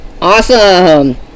Awesome